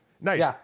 Nice